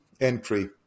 entry